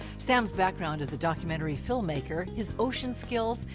sam's background as a documentary filmmaker, his ocean skills,